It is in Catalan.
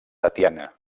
tatiana